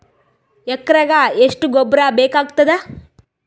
ಎಕರೆಗ ಎಷ್ಟು ಗೊಬ್ಬರ ಬೇಕಾಗತಾದ?